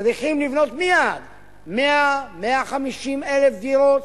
צריכים לבנות מייד 100,000 150,000 דירות,